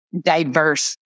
diverse